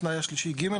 התנאי השלישי הוא (ג).